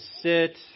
sit